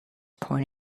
point